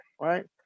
right